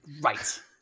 right